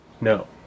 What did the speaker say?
No